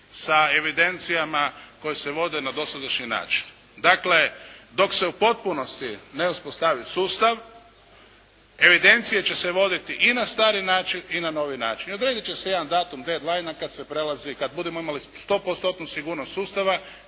sa evidencijama koje se vode na dosadašnji način. Dakle, dok se u potpunosti ne uspostavi sustav, evidencije će se voditi i na stari način i na novi način. Odredit će se jedan datum deadlinea kad se prelazi, kad budemo imali 100-postotnu sigurnost sustava,